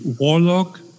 warlock